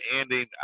ending